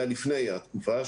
שהיה עוד לפני תקופת ההקפאה,